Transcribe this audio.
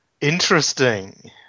Interesting